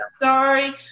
sorry